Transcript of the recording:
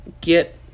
get